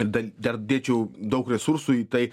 den dar dėčiau daug resursų į tai